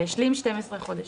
והשלים 12 חודשים.